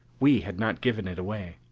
we had not given it away.